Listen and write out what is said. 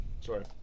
Sorry